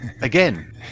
Again